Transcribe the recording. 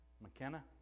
McKenna